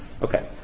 Okay